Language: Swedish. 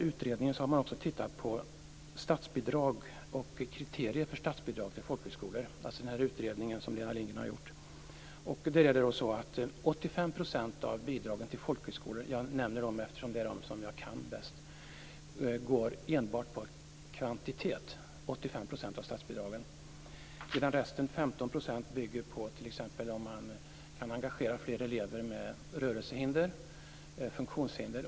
av statsbidragen till folkhögskolor - jag nämner folkhögskolorna eftersom jag kan dem bäst - grundar sig enbart på kvantitet. De resterande 15 % bygger på t.ex. om man kan engagera fler elever med funktionshinder.